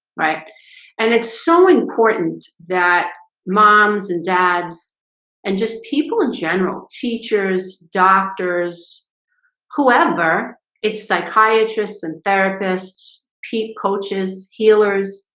right and it's so important that moms and dads and just people in general teachers doctors whoever it's psychiatrists and therapists keep coaches healers,